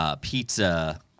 pizza